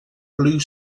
blue